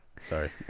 Sorry